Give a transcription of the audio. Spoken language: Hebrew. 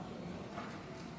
עמיתיי חברי הכנסת,